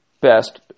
best